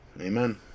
Amen